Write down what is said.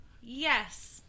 Yes